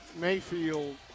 Mayfield